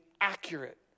accurate